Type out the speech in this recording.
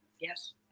Yes